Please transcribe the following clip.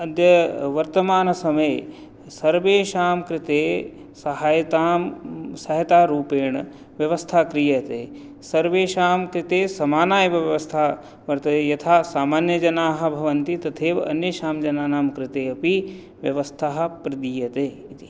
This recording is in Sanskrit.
अद्य वर्तमानसमये सर्वेषां कृते सहायतां सहायतारूपेण व्यवस्था क्रियते सर्वेषां कृते समाना एव व्यवस्था वर्तते यथा सामान्यजनाः भवन्ति तथैव अन्येषां जनानां कृते अपि व्यवस्थाः प्रदीयते इति